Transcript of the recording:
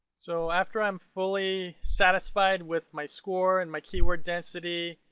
so after i'm fully satisfied with my score and my keyword density,